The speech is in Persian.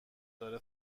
داره